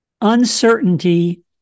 uncertainty